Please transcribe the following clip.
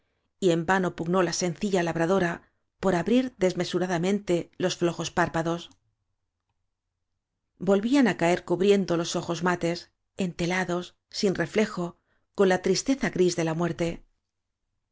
y en vano pugnó la sencilla labradora por abrir des mesuradamente sus flojos párpados olvían áñ á caer cubriendo los ojos mates entelados sin reflejo con la tristeza gris de la muerte